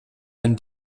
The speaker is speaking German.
ein